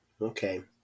okay